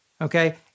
Okay